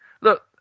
Look